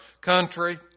country